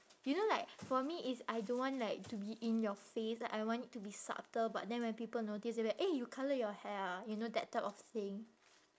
you know like for me is I don't want like to be in your face like I want it to be subtle but then when people notice they'll be like eh you colour your hair ah you know that type of thing